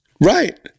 Right